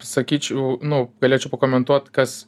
sakyčiau nu galėčiau pakomentuot kas